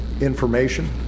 information